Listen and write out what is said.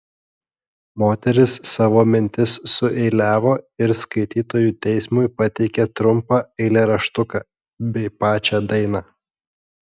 moteris savo mintis sueiliavo ir skaitytojų teismui pateikė trumpą eilėraštuką bei pačią dainą